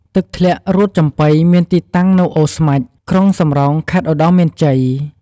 ទឹកធ្លាក់រួតចំបុីមានទីតាំងនៅអូរស្មាច់ ក្រុងសំរោង ខេត្តឧត្តរមានជ័យ។